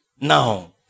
now